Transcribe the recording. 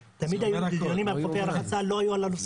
-- תמיד היו דיונים על חופי הרחצה ולא היו על הנושא הזה,